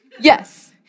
Yes